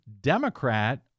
Democrat